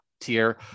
tier